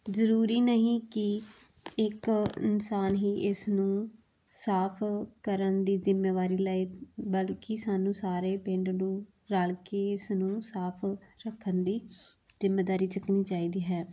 ਜ਼ਰੂਰੀ ਨਹੀਂ ਕਿ ਇੱਕ ਇਨਸਾਨ ਹੀ ਇਸ ਨੂੰ ਸਾਫ਼ ਕਰਨ ਦੀ ਜਿੰਮੇਵਾਰੀ ਲਏ ਬਲਕਿ ਸਾਨੂੰ ਸਾਰੇ ਪਿੰਡ ਨੂੰ ਰਲ ਕੇ ਇਸ ਨੂੰ ਸਾਫ਼ ਰੱਖਣ ਦੀ ਜਿੰਮੇਦਾਰੀ ਚੁੱਕਣੀ ਚਾਹੀਦੀ ਹੈ